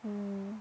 mm